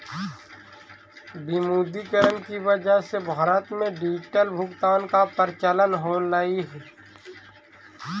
विमुद्रीकरण की वजह से भारत में डिजिटल भुगतान का प्रचलन होलई